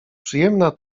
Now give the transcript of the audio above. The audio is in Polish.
przyjemna